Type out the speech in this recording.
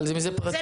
אבל אם זה פרטי?